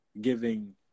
giving